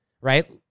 right